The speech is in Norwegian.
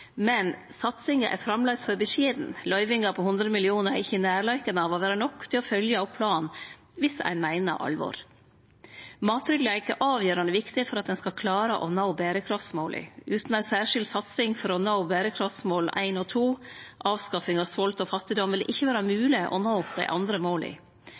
Men satsinga er framleis for beskjeden – løyvinga på 100 mill. kr er ikkje i nærleiken av å vere nok til å følgje opp planen viss ein meiner alvor. Mattryggleik er avgjerande viktig for at me skal klare å nå berekraftsmåla. Utan ei særskild satsing for å nå berekraftsmål 1 og 2, avskaffing av svolt og fattigdom, vil det ikkje vere mogleg å nå dei andre måla.